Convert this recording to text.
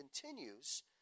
continues